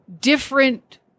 different